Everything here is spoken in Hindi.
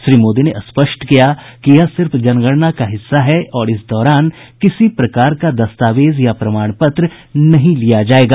श्री मोदी ने स्पष्ट किया कि यह सिर्फ जनगणना का हिस्सा है और इस दौरान किसी प्रकार का दस्तावेज या प्रमाण पत्र नहीं लिया जायेगा